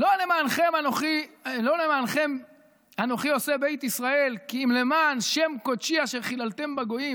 "לא למענכם אני עושה בית ישראל כי אם לשם קדשי אשר חללתם בגוים".